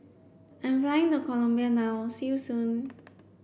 I'm flying to Colombia now see you soon